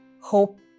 hope